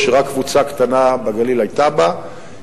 ורק קבוצה קטנה בגליל היתה בה,